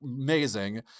amazing